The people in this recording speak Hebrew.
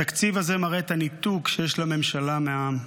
התקציב הזה מראה את הניתוק שיש לממשלה מהעם.